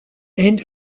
and